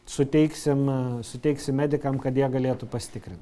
suteiksim suteiksim medikam kad jie galėtų pasitikrint